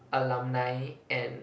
alumni and